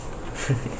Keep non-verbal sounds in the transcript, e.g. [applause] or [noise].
[laughs]